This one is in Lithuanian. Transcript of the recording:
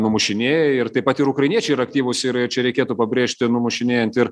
numušinėja ir taip pat ir ukrainiečiai yra aktyvūs ir čia reikėtų pabrėžti numušinėjant ir